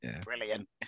brilliant